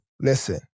listen